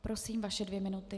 Prosím, vaše dvě minuty.